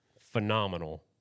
phenomenal